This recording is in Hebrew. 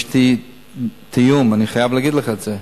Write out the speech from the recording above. יש לי תיאום, אני חייב להגיד לך את זה.